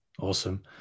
Awesome